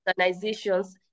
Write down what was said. organizations